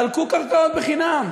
חלקו קרקעות חינם.